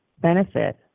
benefit